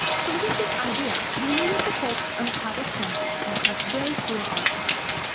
so with this idea we needed to focus on a type of cancer that has very poor outcomes.